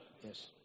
Yes